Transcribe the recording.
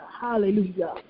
Hallelujah